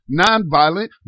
nonviolent